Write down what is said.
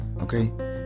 okay